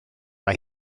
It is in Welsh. mae